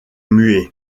muet